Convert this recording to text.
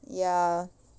ya